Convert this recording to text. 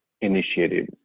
initiative